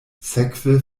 sekve